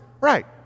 Right